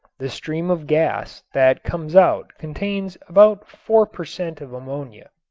the stream of gas that comes out contains about four per cent. of ammonia,